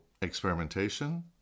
experimentation